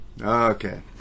okay